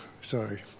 sorry